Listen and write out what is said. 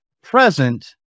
Present